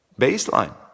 baseline